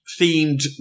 themed